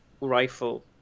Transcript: rifle